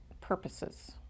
purposes